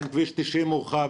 אין כביש 90 מורחב,